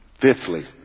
Fifthly